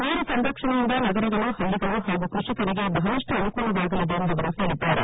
ನೀರು ಸಂರಕ್ಷಣೆಯಿಂದ ನಗರಗಳು ಹಳ್ಳಿಗಳು ಹಾಗೂ ಕೃಡಿಕರಿಗೆ ಬಹಳಷ್ಟು ಅನುಕೂಲವಾಗಲಿದೆ ಎಂದು ಅವರು ಹೇಳಿದ್ದಾರೆ